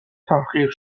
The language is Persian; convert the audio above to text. تحقیر